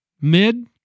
mid